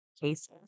cases